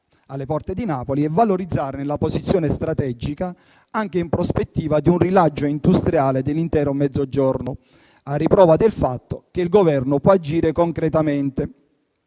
alle porte di Napoli e valorizzarne la posizione strategica, anche in prospettiva di un rilancio industriale dell'intero Mezzogiorno, a riprova del fatto che il Governo può agire concretamente.